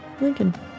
Lincoln